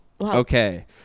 Okay